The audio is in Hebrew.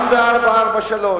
גם ב-443.